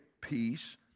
peace